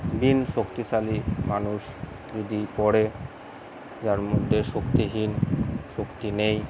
দিন শক্তিশালী মানুষ যদি পড়ে যার মধ্যে শক্তিহীন শক্তি নেই